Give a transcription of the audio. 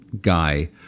guy